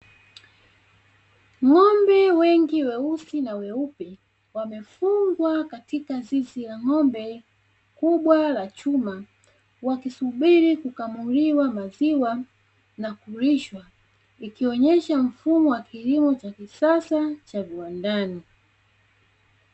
Ng'ombe wengi weusi na weupe, wamefungwa katika zizi ya ng'ombe kubwa la chuma, wakisubiri kukamuliwa maziwa na kulishwa, ikionyesha mfumo wa kilimo cha kisasa cha viwandani.